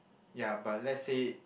ya but let's say